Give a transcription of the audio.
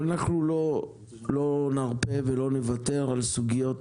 אבל אנחנו לא נרפה ולא נוותר על סוגיות